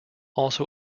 also